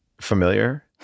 familiar